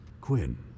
Quinn